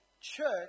church